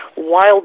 wild